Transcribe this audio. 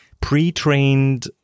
pre-trained